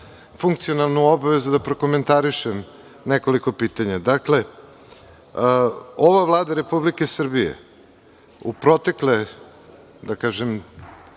funkcionalnu obavezu da prokomentarišem nekoliko pitanja. Dakle, ova Vlada Republike Srbije u protekle, da kažem,